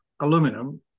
aluminum